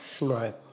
Right